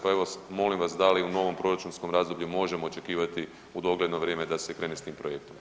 Pa evo, molim vas, da li u novom proračunskom razdoblju možemo očekivati u dogledno vrijeme da se krene s tim projektnom?